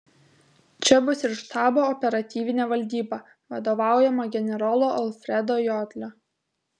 čia bus ir štabo operatyvinė valdyba vadovaujama generolo alfredo jodlio